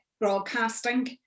broadcasting